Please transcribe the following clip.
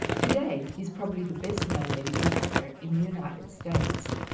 today he's probably the best known medical doctor in the united states.